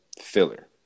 filler